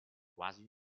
quasi